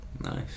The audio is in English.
Nice